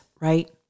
right